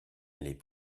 les